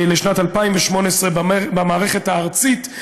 לשנת 2018 במערכת הארצית,